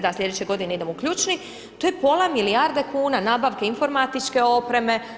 Da, sljedeće godine idemo u ključni to je pola milijarde kuna nabavke informatičke opreme.